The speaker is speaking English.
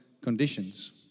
conditions